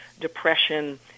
depression